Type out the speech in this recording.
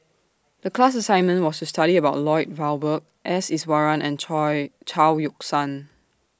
The class assignment was to study about Lloyd Valberg S Iswaran and Chao Yoke San